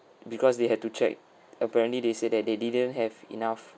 because they had to check apparently they said that they didn't have enough